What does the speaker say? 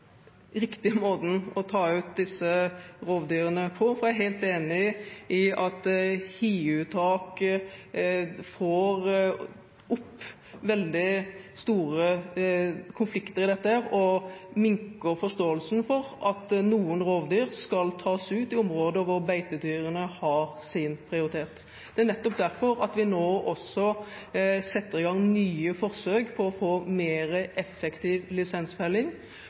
måten å ta ut disse rovdyrene på. Jeg er helt enig i at hiuttak bringer opp veldig store konflikter i dette og minker forståelsen for at noen rovdyr skal tas ut i områder hvor beitedyrene har sin prioritet. Det er nettopp på grunn av det at vi nå også setter i gang nye forsøk for å få mer effektiv